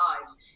lives